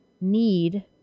need